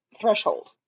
threshold